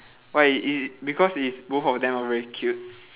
why i~ i~ because it's both of them are very cute